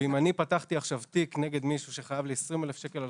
ואם אני פתחתי תיק נגד מישהו שחייב לי 20,000 שקל על